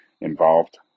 involved